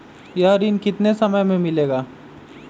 यह ऋण कितने समय मे मिलेगा?